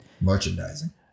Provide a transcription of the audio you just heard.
merchandising